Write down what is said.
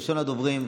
ראשון הדוברים,